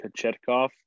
Kachetkov